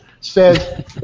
says